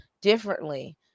differently